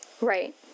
Right